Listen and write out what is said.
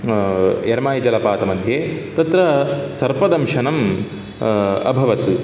एर्माय् जलपातमध्ये तत्र सर्पदंशनम् अभवत्